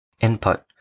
Input